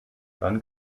dann